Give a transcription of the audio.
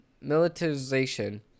militarization